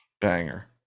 banger